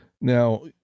Now